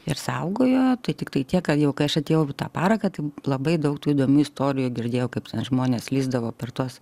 ir saugojo tai tiktai tiek jog aš atėjau tą parką kad labai daug tų įdomių istorijų girdėjau kaip ten žmonės lįsdavo per tuos